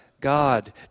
God